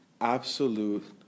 absolute